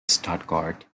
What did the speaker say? stuttgart